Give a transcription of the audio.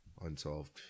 unsolved